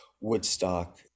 Woodstock